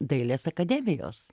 dailės akademijos